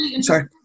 Sorry